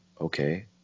okay